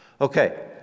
Okay